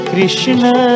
Krishna